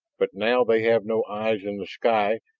but now they have no eyes in the sky,